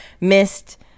missed